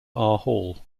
hall